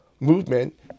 Movement